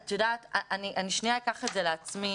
אני לרגע אקח את זה לעצמי.